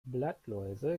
blattläuse